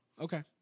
Okay